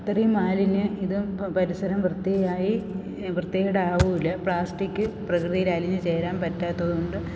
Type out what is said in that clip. ഇത്രയും മാലിന്യം ഇത് പരിസരം വൃത്തിയായി വൃത്തികേടാവൂലാ പ്ലാസ്റ്റിക് പ്രകൃതിയിലലിഞ്ഞു ചേരാൻ പറ്റാത്തത് കൊണ്ട്